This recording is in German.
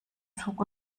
zug